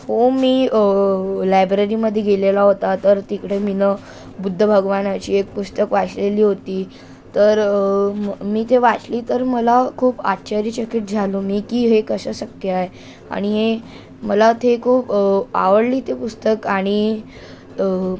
हो मी लायब्ररीमध्ये गेलेला होता तर तिकडे मी ना बुद्ध भगवानाची हे पुस्तक वाचलेली होती तर मी ते वाचली तर मला खूप आश्चर्यचकित झालो मी की हे कसं शक्य आहे आणि हे मला ते खूप आवडली ते पुस्तक आणि